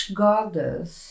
goddess